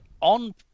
on